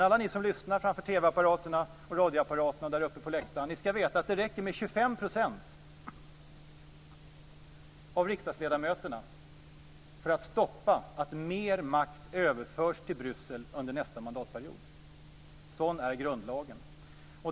Alla ni som lyssnar framför TV-apparaterna och radioapparaterna och ni där uppe på läktaren skall veta att det räcker med 25 % av riksdagsledamöterna för att stoppa att mer makt överförs till Bryssel under nästa mandatperiod. Sådan är grundlagen.